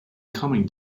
coming